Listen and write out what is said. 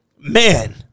Man